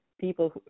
people